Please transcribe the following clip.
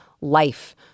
life